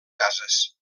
cases